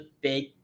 big